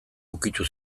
ukitu